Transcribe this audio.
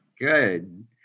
Good